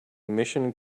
emission